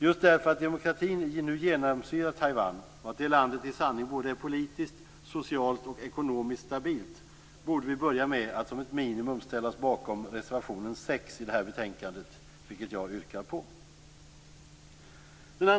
Just därför att demokratin nu genomsyrar Taiwan och att det landet i sanning både är politiskt, socialt och ekonomiskt stabilt borde vi börja med att som ett minimum ställa oss bakom reservation 6 till det här betänkandet, vilket jag yrkar på. Fru talman!